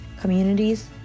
communities